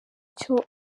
icyo